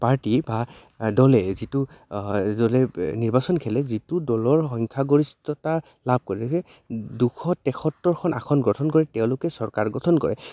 party বা দলে যিটো দলে নিৰ্বাচন খেলে যিটো দলৰ সংখ্যাগৰিষ্ঠতা লাভ কৰে যে দুশ তেসত্তৰখন আসন গঠন কৰে তেওঁলোকে চৰকাৰ গঠন কৰে